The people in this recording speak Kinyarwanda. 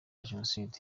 jenoside